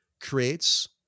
creates